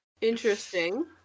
Interesting